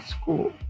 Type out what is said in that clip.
school